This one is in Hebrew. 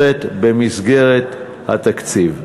ומתאפשרת במסגרת התקציב.